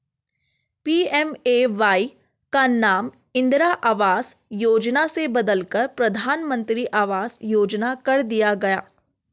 PMAY का नाम इंदिरा आवास योजना से बदलकर प्रधानमंत्री आवास योजना कर दिया गया